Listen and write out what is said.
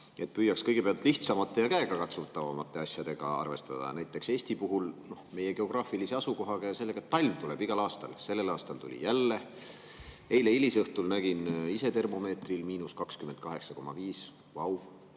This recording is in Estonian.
Püüaks kõigepealt lihtsamate ja käegakatsutavamate asjadega arvestada, Eesti puhul näiteks meie geograafilise asukohaga ja sellega, et talv tuleb igal aastal. Sellel aastal tuli jälle. Eile hilisõhtul nägin ise termomeetril –28,5 kraadi. Vau!